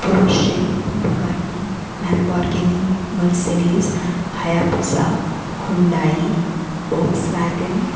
Porsche Bugatti Lamborghini Mercedes Hayabusa Hyundai Volkswagen